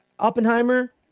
Oppenheimer